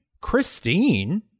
Christine